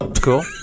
Cool